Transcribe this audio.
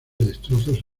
destrozos